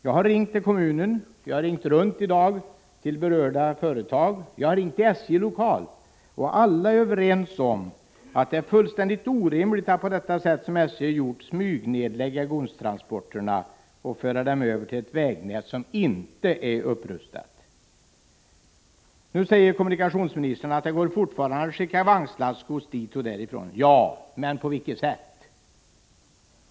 Jag har ringt till kommunen, jag har i dag ringt runt till berörda företag, jag har ringt till SJ på berörda orter och alla är överens om att det är fullständigt orimligt att på det sätt som SJ har gjort smygnedlägga godstransporterna och föra över dem till ett vägnät som inte är upprustat. Nu säger kommunikationsministern att det fortfarande går att skicka vagnslastgods till denna trakt och därifrån. Ja, men på vilket sätt?